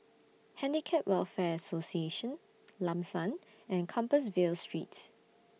Handicap Welfare Association Lam San and Compassvale Street